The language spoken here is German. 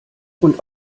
und